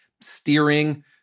steering